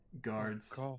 Guards